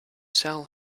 sell